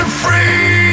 free